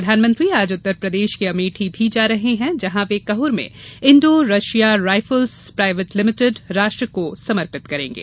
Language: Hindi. प्रधानमंत्री आज उत्तर प्रदेश कें अमेठी भी जा रहे हैं जहां वे कहुर में Indo Russia Rifles Private Limited राष्ट्र को समर्पित करेंगे